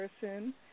person